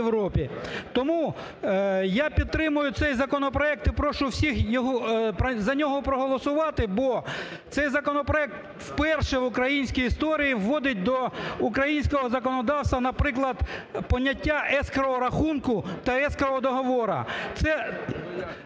Тому я підтримую цей законопроект і прошу всіх за нього проголосувати, бо цей законопроект вперше в українській історії вводить до українського законодавства, наприклад, поняття "ескроу-рахунку" та "ескроу-договору".